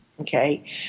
Okay